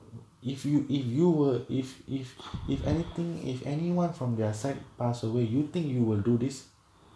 if you if you were if if if anything if anyone from their side pass away you think you will do this